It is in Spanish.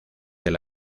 del